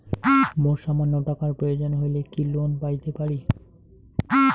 মোর সামান্য টাকার প্রয়োজন হইলে কি লোন পাইতে পারি?